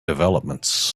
developments